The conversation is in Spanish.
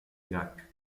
irak